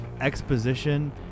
exposition